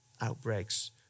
outbreaks